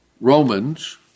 Romans